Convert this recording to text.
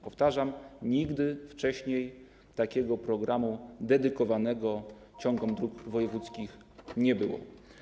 Powtarzam, nigdy wcześniej takiego programu dedykowanego ciągom dróg wojewódzkich nie było.